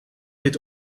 dit